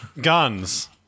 guns